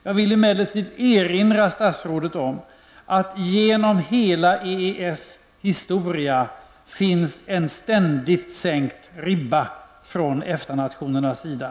Jag vill emellertid erinra statsrådet om att genom hela EES historia ribban ständigt sänkts från EFTA-nationernas sida.